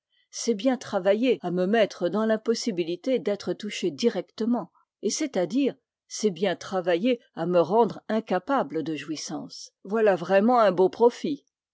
c'est bien travailler à me mettre dans l'impossibilité d'être touché directement et c'est-à-dire c'est bien travailler à me rendre incapable de jouissance voilà vraiment un beau profit